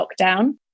lockdown